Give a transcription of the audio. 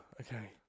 Okay